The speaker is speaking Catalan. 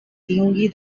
tingui